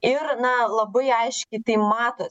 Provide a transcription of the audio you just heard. ir na labai aiškiai tai matos